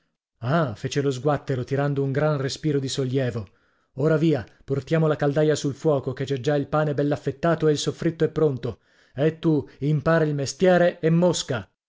fece lo sguattero tirando un gran respiro di sollievo ora via portiamo la caldaia sul fuoco che c'è già il pane bell'e affettato e il soffritto è pronto e tu impara il mestiere e mosca